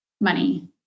money